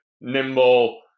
nimble